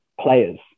players